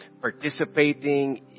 participating